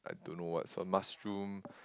I don't know what sauce mushroom